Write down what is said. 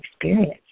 experience